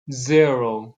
zero